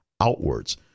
outwards